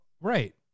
Right